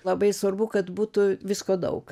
tai svarbu kad būtų visko daug